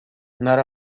not